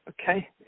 Okay